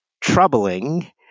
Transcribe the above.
troubling